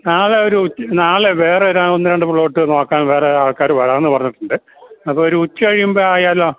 നാളെ ഒരു ഉ നാളെ വേറെ ഒന്ന് രണ്ട് പ്ലോട്ട് നോക്കാൻ വേറെ ആൾക്കാർ വരാം എന്ന് പറഞ്ഞിട്ടുണ്ട് അപ്പോൾ ഒരു ഉച്ച കഴിയുമ്പോൾ ആയാലോ